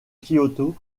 kyoto